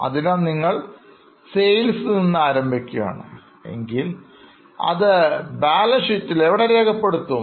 അതിനാൽ നിങ്ങൾ Sales നിന്ന് ആരംഭിക്കുകയാണ് എങ്കിൽ അത് ബാലൻസ് ഷീറ്റിൽ എവിടെ രേഖപ്പെടുത്തും